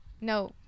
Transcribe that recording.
No